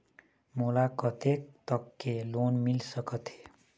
मोला कतेक तक के लोन मिल सकत हे?